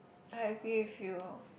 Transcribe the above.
I agree with you